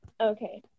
Okay